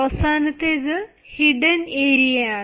അവസാനത്തേത് hidden area ആണ്